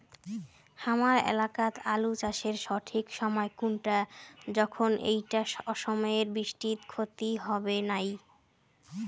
হামার এলাকাত আলু চাষের সঠিক সময় কুনটা যখন এইটা অসময়ের বৃষ্টিত ক্ষতি হবে নাই?